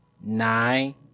nine